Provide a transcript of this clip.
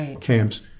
camps